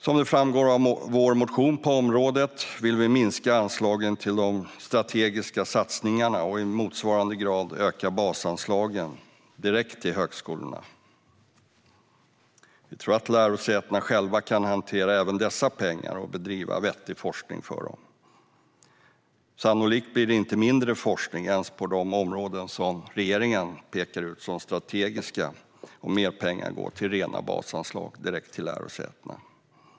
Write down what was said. Som det framgår av vår motion på området vill vi minska anslagen till de strategiska satsningarna och i motsvarande grad öka basanslagen direkt till högskolorna. Vi tror att lärosätena själva kan hantera även dessa pengar och bedriva vettig forskning för dem. Sannolikt blir det inte mindre forskning ens på de områden som regeringen pekar ut som strategiska, och mer pengar går till rena basanslag direkt till lärosätena.